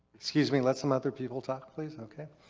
excuse me. let some other people talk, please. okay.